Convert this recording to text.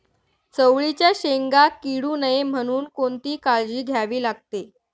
चवळीच्या शेंगा किडू नये म्हणून कोणती काळजी घ्यावी लागते?